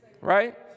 right